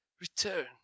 return